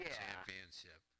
championship